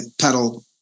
pedal